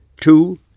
Two